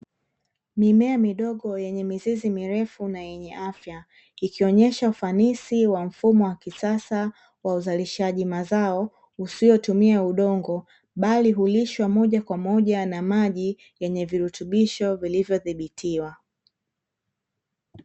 Mimea midogo yenye mizizi mirefu na yenye afya, ikionyesha ufanisi wa mfumo wa kisasa wa uzalishaji mazao usiotumia udongo bali hulishwa moja kwa moja na maji yenye virutubisho vilivyo dhibitiwa.